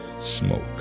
Smoke